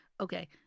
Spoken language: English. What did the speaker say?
Okay